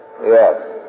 yes